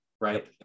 right